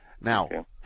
Now